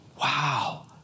Wow